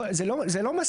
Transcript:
זה לא מספיק.